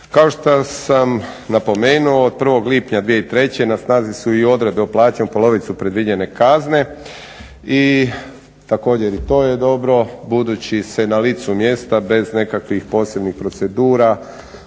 Kao što sam napomenuo od 1. lipnja 2003. na snazi su i odredbe o plaćanju polovice predviđene kazne i također i to je dobro budući se na licu mjesta bez nekakvih posebnih procedura